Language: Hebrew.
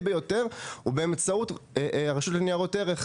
ביותר היא באמצעות רשות ניירות ערך".